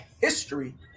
history